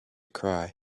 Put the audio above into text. cry